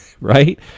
right